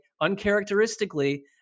uncharacteristically